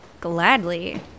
gladly